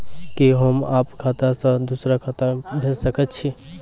कि होम आप खाता सं दूसर खाता मे भेज सकै छी?